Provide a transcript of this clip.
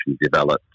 developed